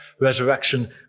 Resurrection